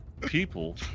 people